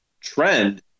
trend